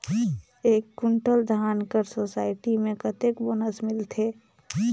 एक कुंटल धान कर सोसायटी मे कतेक बोनस मिलथे?